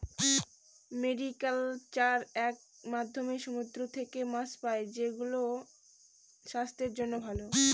mariculture এর মাধ্যমে সমুদ্র থেকে মাছ পাই, সেগুলো স্বাস্থ্যের জন্য ভালো